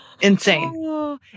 insane